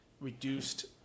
reduced